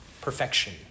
perfection